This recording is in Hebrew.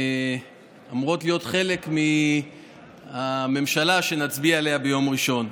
שאמורות להיות חלק מהממשלה שנצביע עליה ביום ראשון,